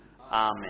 Amen